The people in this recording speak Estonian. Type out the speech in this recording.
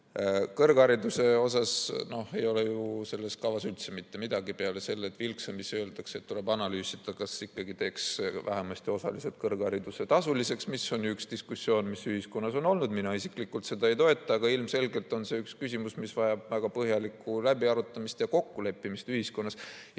Kõrgharidusest ei ole ju selles kavas üldse mitte midagi peale selle, et vilksamisi öeldakse, et tuleb analüüsida, kas teeks vähemasti osaliselt kõrghariduse tasuliseks. See on üks diskussioon, mis ühiskonnas on olnud. Mina isiklikult seda ei toeta, aga ilmselgelt on see üks küsimusi, mis vajab väga põhjalikku läbiarutamist ja kokkuleppimist ühiskonnas.